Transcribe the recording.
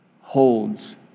holds